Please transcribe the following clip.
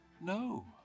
no